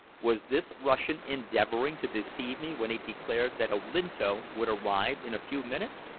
was this russian endeavoring to deceive me when he declared that olinto would arrive in a few minutes?